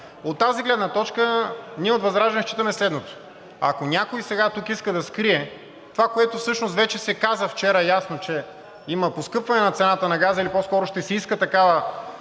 От тази гледна точка ние от ВЪЗРАЖДАНЕ считаме следното. Ако някой сега тук иска да скрие това, което всъщност вчера вече се каза ясно, че има поскъпване на цената на газа, или по-скоро ще се иска такава